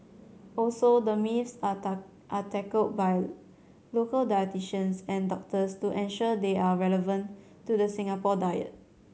also the myths are are tackled by local dietitians and doctors to ensure they are relevant to the Singapore diet